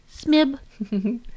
smib